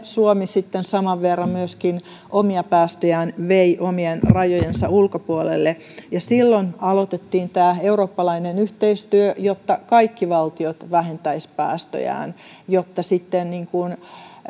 suomi sitten suunnilleen saman verran omia päästöjään vei omien rajojensa ulkopuolelle silloin aloitettiin tämä eurooppalainen yhteistyö jotta kaikki valtiot vähentäisivät päästöjään jotta sitten